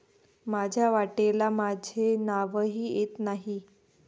माझ्या वाट्याला माझे नावही येत नाही